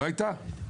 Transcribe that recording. לא הייתה.